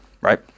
Right